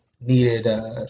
needed